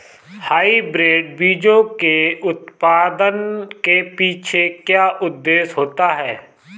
Hybrid बीजों के उत्पादन के पीछे क्या उद्देश्य होता है?